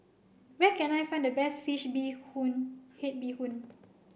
where can I find the best Fish Bee Hoon Head Bee Hoon